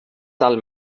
tal